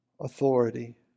authority